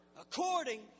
According